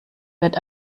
wird